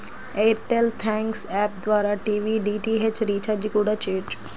air tell thanks app ద్వారా TV DTH recharge కూడా చెయ్యొచ్చు